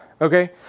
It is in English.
okay